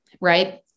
Right